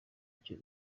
icyo